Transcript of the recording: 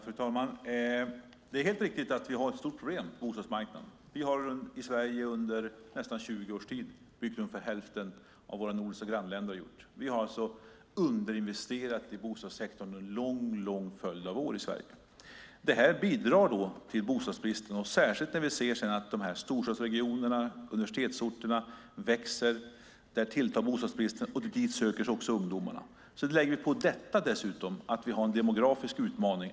Fru talman! Det är helt riktigt att vi har ett stort problem på bostadsmarknaden. Vi har i Sverige under nästan 20 års tid byggt ungefär hälften av vad våra nordiska grannländer har gjort. Vi har alltså underinvesterat i bostadssektorn under en lång följd av år i Sverige. Detta bidrar till bostadsbristen, särskilt när vi ser att storstadsregionerna och universitetsorterna växer. Där tilltar bostadsbristen, och dit söker sig också ungdomarna. Vi har en demografisk utmaning.